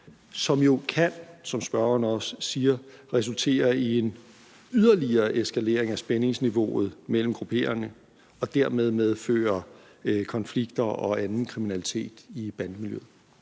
kan jo, som spørgeren også siger, resultere i en yderligere eskalering af spændingsniveauet mellem grupperingerne og dermed medføre konflikter og anden kriminalitet i bandemiljøerne.